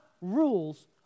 rules